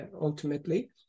ultimately